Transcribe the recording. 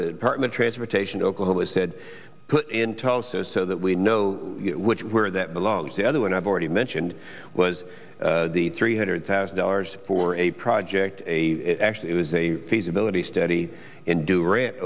the partner transportation oklahoma said put in tulsa so that we know which where that belongs the other one i've already mentioned was the three hundred thousand dollars for a project a actually it was a feasibility study and do rant